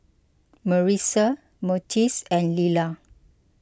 Marissa Myrtice and Leila